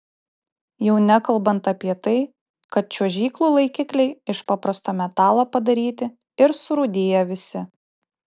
jau nekalbant apie tai kad čiuožyklų laikikliai iš paprasto metalo padaryti ir surūdiję visi